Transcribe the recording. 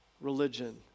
religion